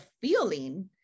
feeling